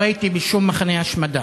לא הייתי בשום מחנה השמדה,